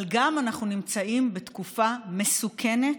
אבל גם אנחנו נמצאים בתקופה מסוכנת,